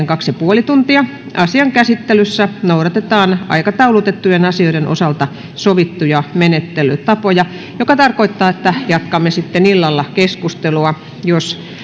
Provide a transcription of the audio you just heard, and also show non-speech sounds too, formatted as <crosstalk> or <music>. <unintelligible> kaksi pilkku viisi tuntia asian käsittelyssä noudatetaan aikataulutettujen asioiden osalta sovittuja menettelytapoja mikä tarkoittaa että jatkamme sitten illalla keskustelua jos